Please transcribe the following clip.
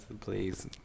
please